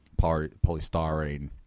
polystyrene